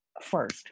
first